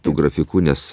tų grafikų nes